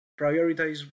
prioritize